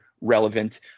relevant